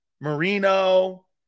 Marino